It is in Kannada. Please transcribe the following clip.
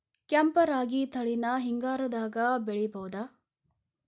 ಕೆಂಪ ರಾಗಿ ತಳಿನ ಹಿಂಗಾರದಾಗ ಬೆಳಿಬಹುದ?